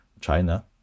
China